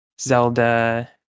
Zelda